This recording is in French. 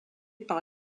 par